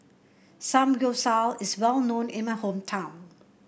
Samgyeopsal is well known in my hometown